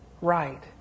right